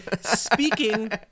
speaking